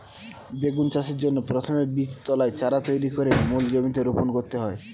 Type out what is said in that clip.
বেগুন চাষের জন্য প্রথমে বীজতলায় চারা তৈরি করে মূল জমিতে রোপণ করতে হয়